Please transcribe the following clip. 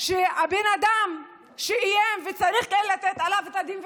שהבן אדם שאיים, וצריך לתת דין וחשבון,